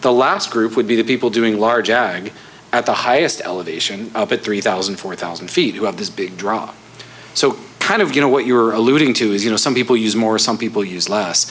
the last group would be the people doing large ag at the highest elevation up at three thousand four thousand feet who have this big drop so kind of you know what you were alluding to is you know some people use more some people use less